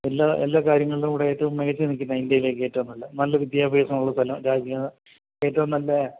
എല്ലാ എല്ലാ കാര്യങ്ങളിലും ഇവിടെ ഏറ്റവും മികച്ചു നിൽക്കുന്ന ഇന്ത്യയിലേക്ക് ഏറ്റവും നല്ല നല്ല വിദ്യാഭ്യാസമുള്ള സ്ഥലം രാജ്യമോ ഏറ്റവും നല്ല